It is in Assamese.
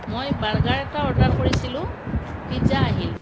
মই বাৰ্গাৰ এটা অৰ্ডাৰ কৰিছিলোঁ পিজ্জা আহিল